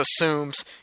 assumes